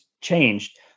changed